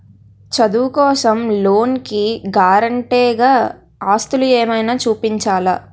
చదువు కోసం లోన్ కి గారంటే గా ఆస్తులు ఏమైనా చూపించాలా?